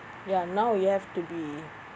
ya now you have to be